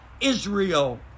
Israel